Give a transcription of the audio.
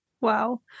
Wow